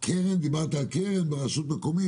דיברת על קרן ברשות מקומית.